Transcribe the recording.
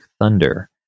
thunder